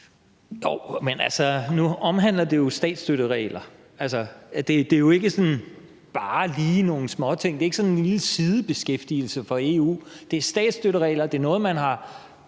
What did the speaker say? Valentin (V): Nu omhandler det jo statsstøtteregler. Altså, det er jo ikke bare sådan lige nogle småting, det er ikke sådan en lille sidebeskæftigelse for EU. Det er statsstøtteregler, og det er noget, man i